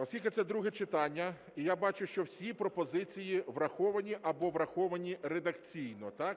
Оскільки це друге читання і я бачу, що всі пропозиції враховані або враховані редакційно, так?